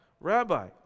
Rabbi